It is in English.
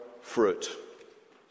fruit